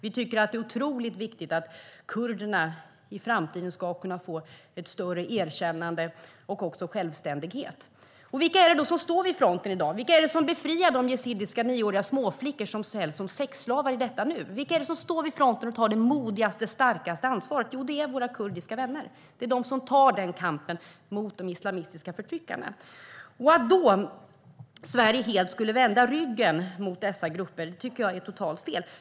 Vi tycker att det är viktigt att kurderna ska kunna få ett större erkännande i framtiden och också självständighet. Vilka är det då som står vid fronten i dag? Vilka är det som befriar de yazidiska nioåriga småflickorna som säljs som sexslavar i detta nu? Vilka är det som står vid fronten och tar det modigaste, starkaste ansvaret? Jo, det är våra kurdiska vänner. De tar den kampen mot de islamistiska förtryckarna. Strategisk export-kontroll 2015 - krigsmateriel och produkter med dubbla användningsområden Att Sverige då skulle vända dessa grupper ryggen tycker jag är totalt fel.